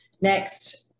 Next